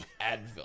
Advil